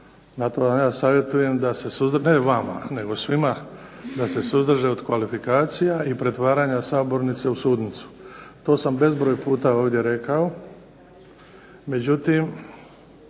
Zato vam savjetujem ne vama nego svima da se suzdrže od kvalifikacija i pretvaranja sabornice u sudnicu. To sam bezbroj puta ovdje rekao.